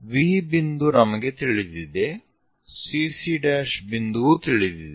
V ಬಿಂದು ನಮಗೆ ತಿಳಿದಿದೆ CC' ಬಿಂದುವೂ ತಿಳಿದಿದೆ